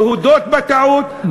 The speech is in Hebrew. להודות בטעות,